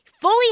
fully